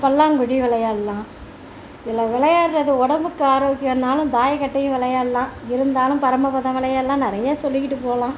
பல்லாங்குழி விளையாட்லாம் இதில் விளையாடுகிறது உடம்புக்கு ஆரோகியம்னாலு தாயக்கட்டையும் விளையாட்லாம் இருந்தாலும் பரமபதம் விளையாட்லாம் நிறையா சொல்லிக்கிட்டு போகலாம்